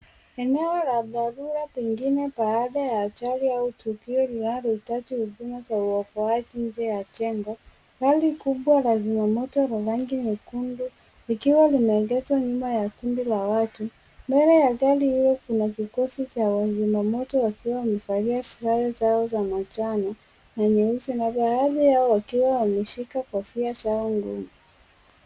Eneo la dharura pengine pahala ya ajali au tukio lilnalohitaji huduma za uokoaji nje ya jengo. Gari kubwa la zima Moto au ajali nyekundu likiwa limeegezwa nyuma ya kundi la watu. Mbele ya watu kuna kikosi cha wazima Moto kikiwa wakiwa wamevalia sare zao za manjano na nyeusi baadhi yao wakiwa wameshika kofia zao ngumu.